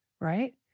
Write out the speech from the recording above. right